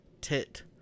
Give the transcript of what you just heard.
Tit